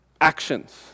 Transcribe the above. actions